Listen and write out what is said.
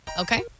Okay